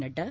Nadda